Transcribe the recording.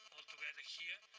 altogether here.